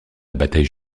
bataille